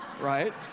right